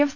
F